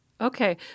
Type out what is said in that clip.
Okay